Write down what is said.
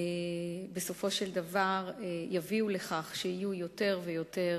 בסופו של דבר יביאו לכך שיותר ויותר